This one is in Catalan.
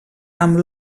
amb